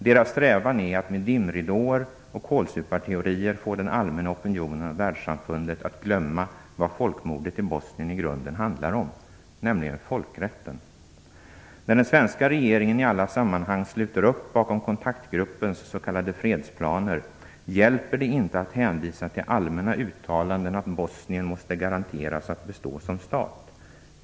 Deras strävan är att med dimridåer och kålsuparteorier få den allmänna opinionen och Världssamfundet att glömma vad folkmordet i Bosnien i grunden handlar om, nämligen folkrätten. När den svenska regeringen i alla sammanhang sluter upp bakom kontaktgruppens s.k. fredsplaner hjälper det inte att hänvisa till allmänna uttalanden om att Bosnien måste garanteras att bestå som stat.